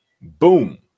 Boom